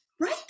right